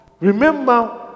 Remember